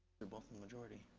they're both the majority.